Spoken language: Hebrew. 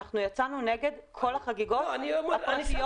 אנחנו יצאנו נגד כל החגיגות הפרטיות,